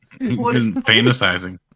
fantasizing